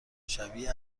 شبیه